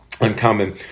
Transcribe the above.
Uncommon